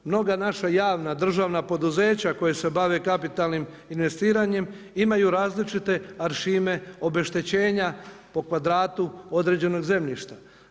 Mnoga naša javna državna poduzeća koje se bave kapitalnim investiranjem imaju različite aršine obeštećenja po kvadratu određenog zemljišta.